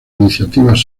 iniciativas